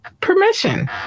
permission